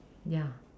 ya